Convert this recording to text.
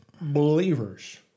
believers